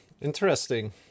Interesting